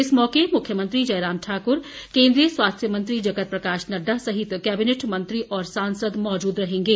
इस मौके मुख्यमंत्री जयराम ठाकुर केंद्रीय स्वास्थ्य मंत्री जगत प्रकाश नड्डा सहित केबिनेट मंत्री और सांसद मौजूद रहेंगे